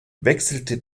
wechselte